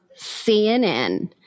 CNN